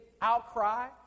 outcry